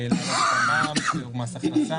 להעלות את המע"מ, את מס הכנסה.